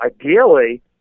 Ideally